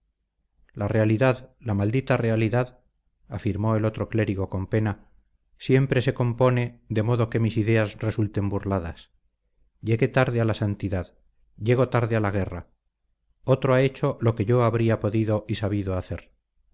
la realidad la maldita realidad afirmó el otro clérigo con pena siempre se compone de modo que mis ideas resulten burladas llegué tarde a la santidad llego tarde a la guerra otro ha hecho lo que yo habría podido y sabido hacer